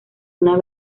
una